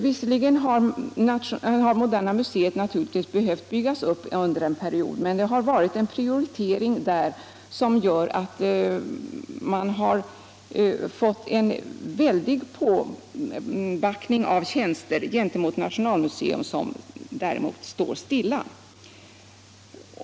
Visserligen har moderna museet behövt byggas ut under en period, men prioriteringen har blivit sådan att moderna museet har fått en väldig påbackning av tjänster jämfört med nationalmuseet som står stilla.